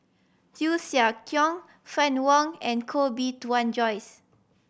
Hsu Tse Kwang Fann Wong and Koh Bee Tuan Joyce